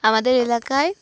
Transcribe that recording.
আমাদের এলাকায়